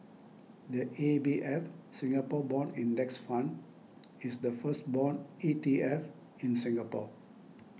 the A B F Singapore Bond Index Fund is the first bond E T F in Singapore